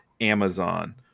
Amazon